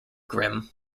grimm